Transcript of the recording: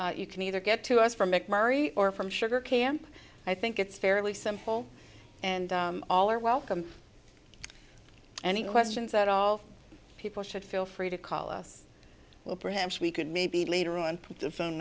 road you can either get to us from mcmurry or from sugar camp i think it's fairly simple and all are welcome any questions that all people should feel free to call us or perhaps we could maybe later on the phone